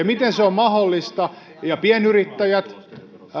miten se on mahdollista pienyrittäjät